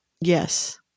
Yes